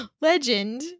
legend